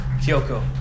kyoko